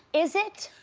is it?